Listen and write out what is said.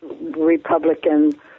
Republican